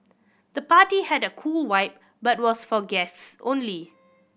the party had a cool vibe but was for guests only